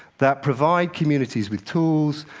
that provide communities with tools,